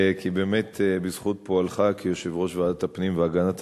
כי באמת בזכות פועלך כיושב-ראש ועדת הפנים והגנת